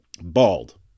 Bald